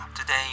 Today